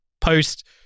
post